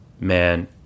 man